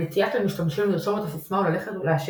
הנטייה של משתמשים לרשום את הסיסמה או ללכת ולהשאיר